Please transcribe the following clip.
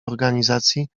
organizacji